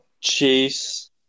Chase –